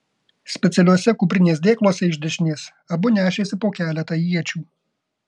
specialiuose kuprinės dėkluose iš dešinės abu nešėsi po keletą iečių